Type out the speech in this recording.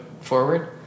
forward